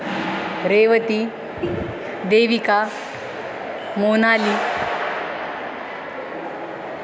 Revati Devika Monali